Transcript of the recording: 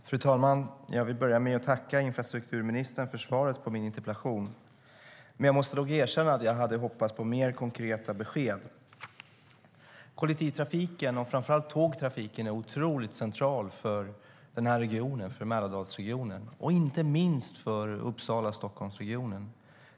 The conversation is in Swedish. Fru talman! Jag vill börja med att tacka infrastrukturministern för svaret på min interpellation. Jag måste nog erkänna att jag hade hoppats på mer konkreta besked. Kollektivtrafiken och framför allt tågtrafiken är otroligt central för Mälardalsregionen och inte minst för Uppsala och Stockholmsregionen.